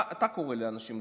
אתה קורא לאנשים "גוי".